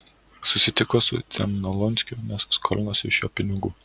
susitiko su cemnolonskiu nes skolinosi iš jo pinigų